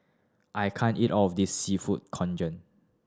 I can't eat all of this Seafood Congee